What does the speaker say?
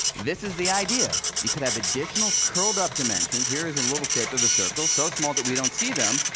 this is the idea, you could have additional curled up dimensions here is a little shape of a circle so small that we don't see them.